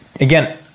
Again